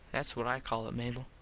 thats what i call it, mable.